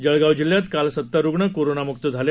जळगाव जिल्ह्यात काल सत्तर रुग्ण कोरोना मुक्त झाले